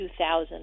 2000